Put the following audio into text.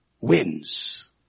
wins